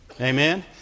Amen